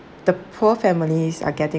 the poor families are getting